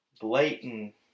blatant